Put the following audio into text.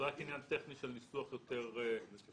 זה רק עניין טכני של ניסוח יותר בהיר.